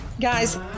Guys